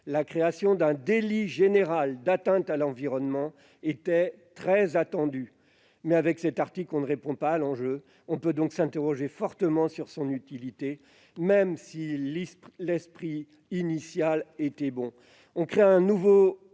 La création d'un délit général d'atteinte à l'environnement était très attendue, mais, avec cet article, on ne répond pas à l'enjeu. On peut donc s'interroger fortement sur son utilité, même si l'esprit initial était bon.